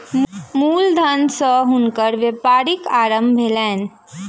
मूल धन सॅ हुनकर व्यापारक आरम्भ भेलैन